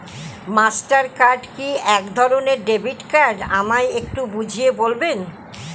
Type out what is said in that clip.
Master card কি একধরণের debit card আমায় একটু বুঝিয়ে বলবেন?